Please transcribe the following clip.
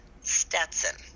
Stetson